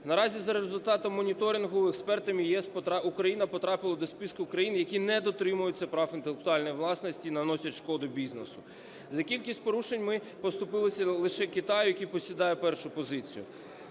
Наразі, за результатом моніторингу експертами ЄС, Україна потрапила до списку країн, які не дотримуються прав інтелектуальної власності і наносять шкоду бізнесу. За кількістю порушень ми поступились лише Китаю, який посідає першу позицію.